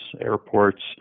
Airports